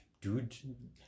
dude